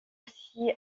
aussi